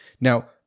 Now